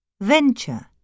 Venture